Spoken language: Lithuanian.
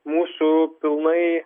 mūsų pilnai